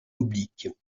oblique